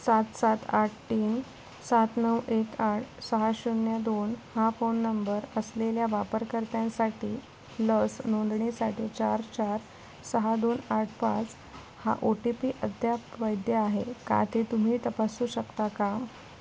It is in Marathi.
सात सात आठ तीन सात नऊ एक आठ सहा शून्य दोन हा फोन नंबर असलेल्या वापरकर्त्यांसाठी लस नोंदणीसाठी चार चार सहा दोन आठ पाच हा ओ टी पी अद्याप वैध आहे का ते तुम्ही तपासू शकता का